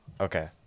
Okay